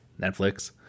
Netflix